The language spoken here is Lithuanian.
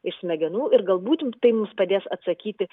iš smegenų ir galbūt tai mums padės atsakyti